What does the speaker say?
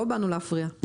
לא באנו להפריע.